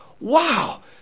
Wow